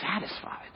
satisfied